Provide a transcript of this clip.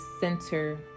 center